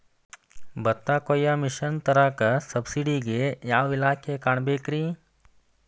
ಭತ್ತ ಕೊಯ್ಯ ಮಿಷನ್ ತರಾಕ ಸಬ್ಸಿಡಿಗೆ ಯಾವ ಇಲಾಖೆ ಕಾಣಬೇಕ್ರೇ?